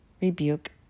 rebuke